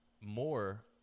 more